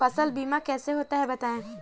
फसल बीमा कैसे होता है बताएँ?